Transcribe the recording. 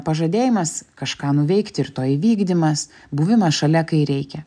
pažadėjimas kažką nuveikti ir to įvykdymas buvimas šalia kai reikia